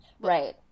Right